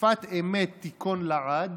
"שפת אמת תִּכּוֹן לעד